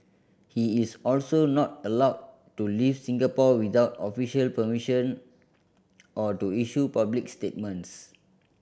he is also not allowed to leave Singapore without official permission or to issue public statements